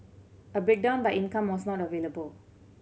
a breakdown by income was not available